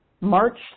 march